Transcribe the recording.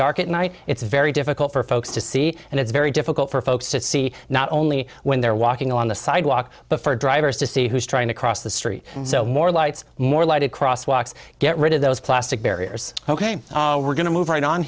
dark at night it's very difficult for folks to see and it's very difficult for folks to see not only when they're walking on the sidewalk but for drivers to see who's trying to cross the street so more lights more lighted crosswalks get rid of those plastic barriers ok we're going to move right on